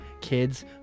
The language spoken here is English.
kids